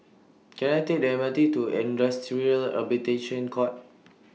Can I Take The M R T to Industrial Arbitration Court